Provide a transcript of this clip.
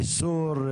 חיסור,